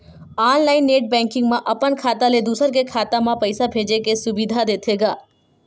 online net banking म अपन खाता ले दूसर के खाता म पइसा भेजे के सुबिधा देथे गा